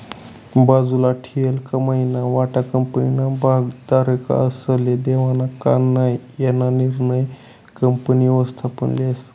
बाजूले ठीयेल कमाईना वाटा कंपनीना भागधारकस्ले देवानं का नै याना निर्णय कंपनी व्ययस्थापन लेस